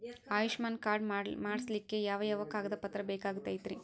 Ayushman card ಮಾಡ್ಸ್ಲಿಕ್ಕೆ ಯಾವ ಯಾವ ಕಾಗದ ಪತ್ರ ಬೇಕಾಗತೈತ್ರಿ?